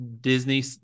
Disney